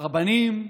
רבנים,